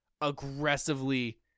aggressively